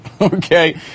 okay